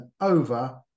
over